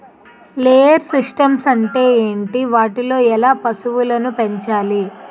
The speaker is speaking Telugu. లేయర్ సిస్టమ్స్ అంటే ఏంటి? వాటిలో ఎలా పశువులను పెంచాలి?